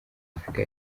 afurika